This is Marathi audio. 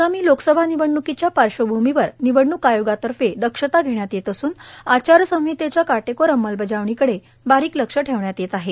आगामी लोकसभा निवडण्कीच्या पाश्वभूमीवर निवडणूक आयोगातर्फे दक्षता घेण्यात येत असून आचार संहितेच्या काटेकोर अंमलबजावणीकडे बारीक लक्ष ठेवण्यात येत आहे